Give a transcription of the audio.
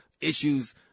issues